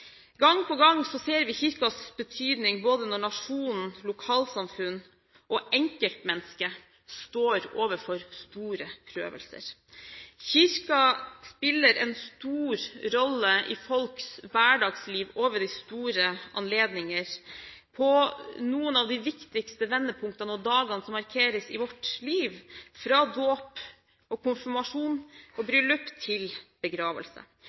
Gang på gang ser vi Kirkens betydning både når nasjonen, lokalsamfunn og enkeltmennesket står overfor store prøvelser. Kirken spiller en stor rolle i folks hverdagsliv, ved de store anledninger og ved noen av de viktigste vendepunktene og dagene som markeres i vårt liv, fra dåp, konfirmasjon og bryllup til begravelse.